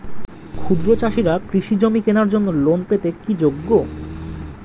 ক্ষুদ্র চাষিরা কৃষিজমি কেনার জন্য লোন পেতে কি যোগ্য?